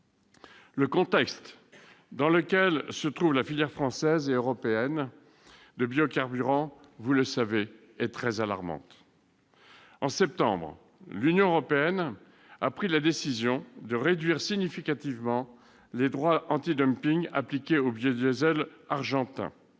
Le contexte dans lequel se trouve la filière française et européenne de biocarburants est, vous le savez, très alarmant. En septembre, l'Union européenne a pris la décision de réduire significativement les droits antidumping appliqués au biodiesel argentin.